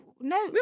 no